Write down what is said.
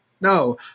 No